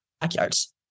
backyards